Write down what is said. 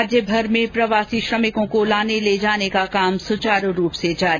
राज्यभर में प्रवासी श्रमिकों को लाने ले जाने का काम सुचारू रूप से जारी